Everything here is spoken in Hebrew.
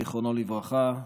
זיכרונו לברכה,